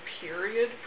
period